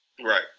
Right